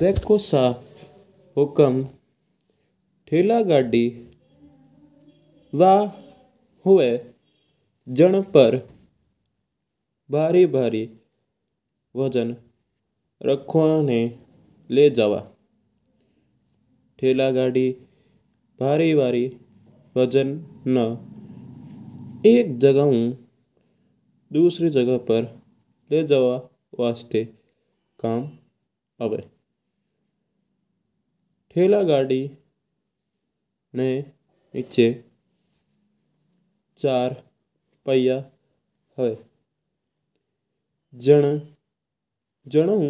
देखो सा हुकम थला गाड़ी वा हुंवा जिंण पर भारी भारी वजन रखणी लैन जवा। थला घड़ी भारी भारी वजन ना एक जग सूं दुसरी जग रखण लैन जवा वास्ता कम्म आवा। थला गाड़ी ना पिच्चा चर पता है जणू